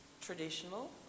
traditional